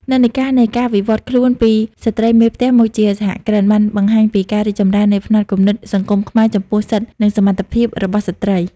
និន្នាការនៃការវិវត្តខ្លួនពីស្ត្រីមេផ្ទះមកជាសហគ្រិន បានបង្ហាញពីការរីកចម្រើននៃផ្នត់គំនិតសង្គមខ្មែរចំពោះសិទ្ធិ និងសមត្ថភាពរបស់ស្ត្រី។